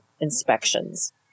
inspections